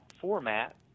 format